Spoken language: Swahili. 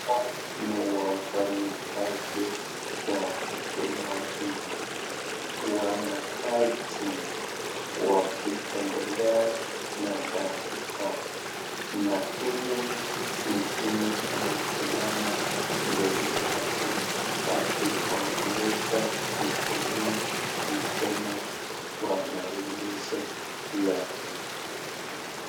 ...wafanyikazi wa huduma hii wanakaa chini wakiendelea na kazi zao, na huyu mwingine amesimama mbele yake akiongelesha kutumia mkono kwa maelezo yake.